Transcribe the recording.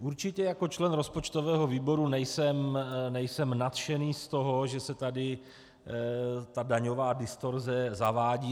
Určitě jako člen rozpočtového výboru nejsem nadšený z toho, že se tady ta daňová distorze zavádí.